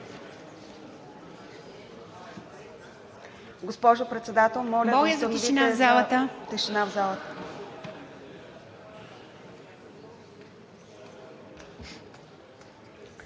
Госпожо Председател, моля да установите тишина в залата.